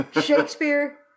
Shakespeare